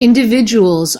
individuals